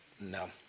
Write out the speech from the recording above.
no